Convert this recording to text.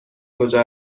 کجا